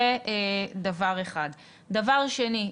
דבר שני,